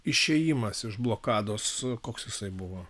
išėjimas iš blokados koks jisai buvo